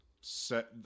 set